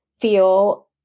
feel